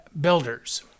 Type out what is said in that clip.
Builders